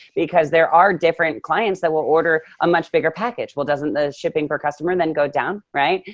because there are different clients that will order a much bigger package. well, doesn't the shipping per customer and then go down, right?